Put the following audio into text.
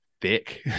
thick